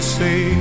say